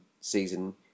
season